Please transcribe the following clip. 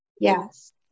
Yes